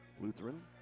Lutheran